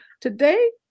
Today